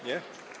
Nie?